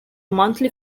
monthly